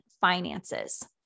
finances